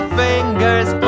fingers